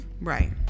right